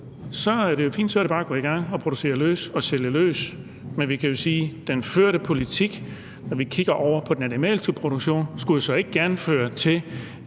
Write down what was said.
så er det fint. Så er det bare om at gå i gang og producere og sælge løs. Men vi kan jo sige, at den førte politik, når vi kigger på den animalske produktion, så ikke gerne mere